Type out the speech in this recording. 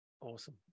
Awesome